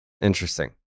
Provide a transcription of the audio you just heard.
Interesting